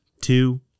two